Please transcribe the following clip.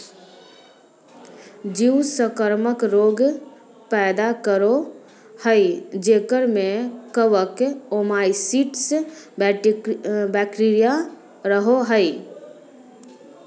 जीव संक्रामक रोग पैदा करो हइ जेकरा में कवक, ओमाइसीट्स, बैक्टीरिया रहो हइ